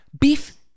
beef